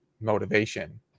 motivation